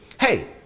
hey